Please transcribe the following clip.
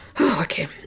Okay